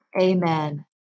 amen